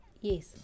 Yes